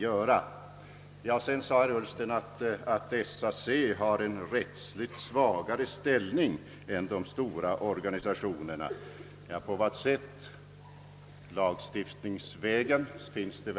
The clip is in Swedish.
Herr Ullsten sade att SAC har en rättsligt svagare ställning än de stora organisationerna, men på vilket sätt?